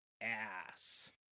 ass